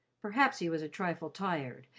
perhaps he was a trifle tired,